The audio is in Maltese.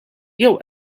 jew